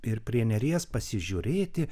ir prie neries pasižiūrėti